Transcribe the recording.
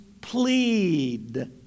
plead